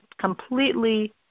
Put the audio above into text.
completely